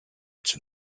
its